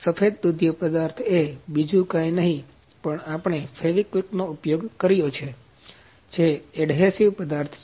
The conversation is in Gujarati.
સફેદ દુધિયો પદાર્થ એ બીજું કાંઇ નહીં પણ આપણે ફેવિસ્ટીકનો ઉપયોગ કર્યો છે જે એડહેસિવ પદાર્થ છે